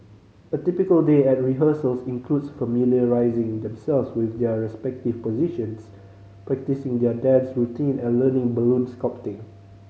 a typical day at rehearsals includes familiarising themselves with their respective positions practising their dance routine and learning balloon sculpting